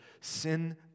sin